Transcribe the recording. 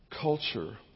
culture